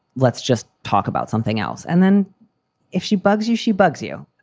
let's just talk about something else. and then if she bugs you, she bugs you.